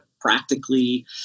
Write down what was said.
practically